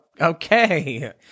okay